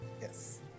Yes